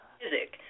music